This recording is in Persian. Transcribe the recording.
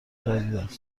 جدیداست